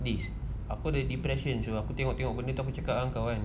liz aku ada depression cuma aku tengok-tengok benda tu aku cakap dengan kau kan